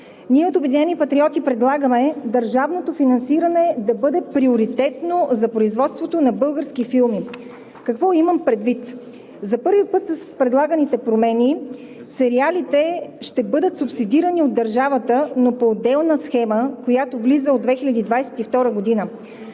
Ние от „Обединени патриоти“ предлагаме държавното финансиране да бъде приоритетно за производството на български филми. Какво имам предвид? За първи път с предлаганите промени сериалите ще бъдат субсидирани от държавата, но по отделна схема, която влиза от 2022 г.